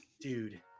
dude